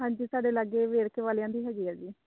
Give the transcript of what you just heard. ਹਾਂਜੀ ਸਾਡੇ ਲਾਗੇ ਵੇਰਕੇ ਵਾਲਿਆਂ ਦੀ ਹੈਗੀ ਆ ਜੀ